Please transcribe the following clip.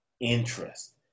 interest